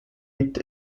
liegt